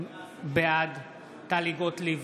בעד טלי גוטליב,